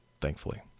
thankfully